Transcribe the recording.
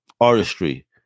artistry